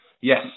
Yes